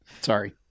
Sorry